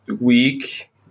week